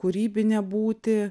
kūrybinę būtį